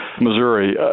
Missouri